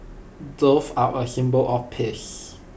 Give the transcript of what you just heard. doves are A symbol of peace